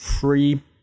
free